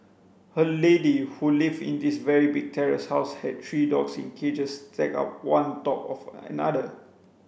a lady who lived in this very big terrace house had three dogs in cages stacked on top of another